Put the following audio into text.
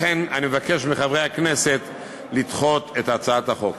לכן, אני מבקש מחברי הכנסת לדחות את הצעת החוק.